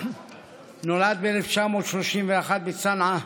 הוא נולד ב-1931 בצנעא